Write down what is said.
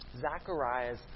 Zechariah's